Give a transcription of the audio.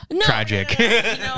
tragic